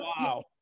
Wow